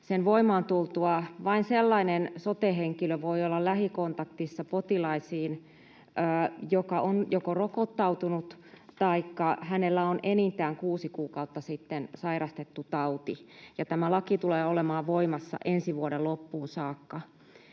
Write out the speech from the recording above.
sen voimaan tultua vain sellainen sote-henkilö voi olla lähikontaktissa potilaisiin, joka on rokottautunut tai jolla on enintään kuusi kuukautta sitten sairastettu tauti, ja tämä laki tulee olemaan voimassa ensi vuoden loppuun saakka.